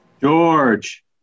george